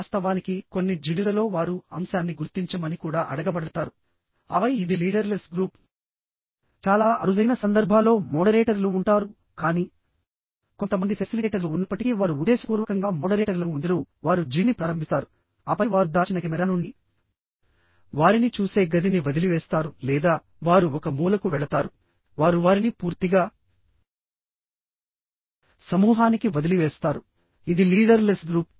వాస్తవానికికొన్ని జిడిలలో వారు అంశాన్ని గుర్తించమని కూడా అడగబడతారు ఆపై ఇది లీడర్ లెస్ గ్రూప్ చాలా అరుదైన సందర్భాల్లో మోడరేటర్లు ఉంటారు కానీ కొంతమంది ఫెసిలిటేటర్లు ఉన్నప్పటికీ వారు ఉద్దేశపూర్వకంగా మోడరేటర్లను ఉంచరువారు జిడిని ప్రారంభిస్తారు ఆపై వారు దాచిన కెమెరా నుండి వారిని చూసే గదిని వదిలివేస్తారు లేదా వారు ఒక మూలకు వెళతారు వారు వారిని పూర్తిగా సమూహానికి వదిలివేస్తారు ఇది లీడర్ లెస్ గ్రూప్